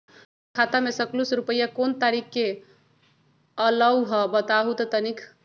हमर खाता में सकलू से रूपया कोन तारीक के अलऊह बताहु त तनिक?